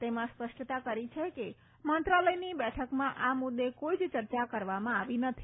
તેમાં સ્પષ્ટતા કરી છે કે મંત્રાલયની બેઠકમાં આ મુદ્દે કોઈ જ ચર્ચા કરવામાં આવી નથી